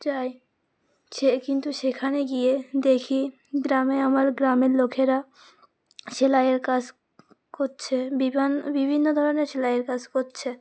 যাই সে কিন্তু সেখানে গিয়ে দেখি গ্রামে আমার গ্রামের লোকেরা সেলাইয়ের কাজ করছে বিভান বিভিন্ন ধরনের সেলাইয়ের কাজ করছে